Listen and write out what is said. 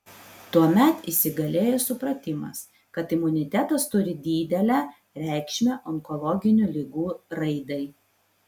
tuomet įsigalėjo supratimas kad imunitetas turi didelę reikšmę onkologinių ligų raidai